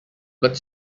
but